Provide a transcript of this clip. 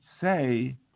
say